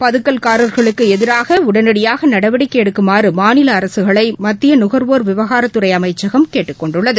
பதுக்கல்காரர்களுக்கு எதிராக உடனடியாக நடவடிக்கை எடுக்குமாறு மாநில அரசுகளை மத்திய நுகர்வோர் விவகாரத்துறை அமைச்சகம் கேட்டுக்கொண்டுள்ளது